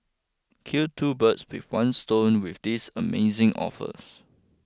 kill two birds with one stone with these amazing offers